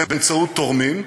באמצעות תורמים,